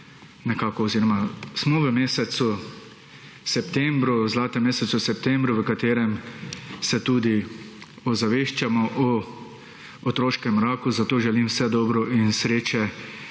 nekako oziroma smo v mesecu septembru, zlatem mesecu septembru v katerem se tudi ozaveščamo o otroškem raku, zato želim vse dobro in sreče